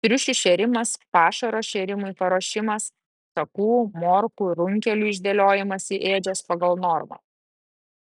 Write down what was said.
triušių šėrimas pašaro šėrimui paruošimas šakų morkų runkelių išdėliojimas į ėdžias pagal normą